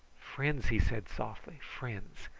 friends! he said softly friends!